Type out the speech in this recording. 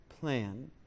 plan